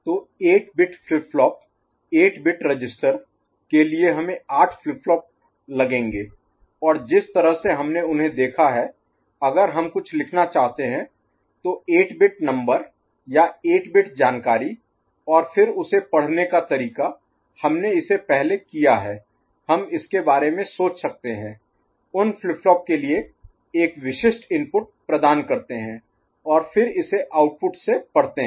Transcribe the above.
तो 8 bit flip flop 8 bit register के लिए हमें आठ फ्लिप फ्लॉप लगेंगे और जिस तरह से हमने उन्हें देखा है अगर हम कुछ लिखना चाहते हैं तो 8 बिट नंबर या 8 बिट जानकारी और फिर उसे पढ़ने का तरीका हमने इसे पहले किया है हम इसके बारे में सोच सकते हैं उन फ्लिप फ्लॉप के लिए एक विशिष्ट इनपुट प्रदान करते हैं और फिर इसे आउटपुट से पढ़ते हैं